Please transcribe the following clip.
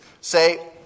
say